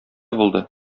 булды